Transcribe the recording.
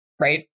right